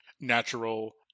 natural